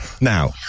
Now